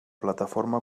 plataforma